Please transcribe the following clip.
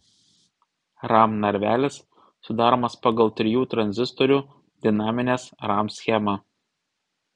ram narvelis sudaromas pagal trijų tranzistorių dinaminės ram schemą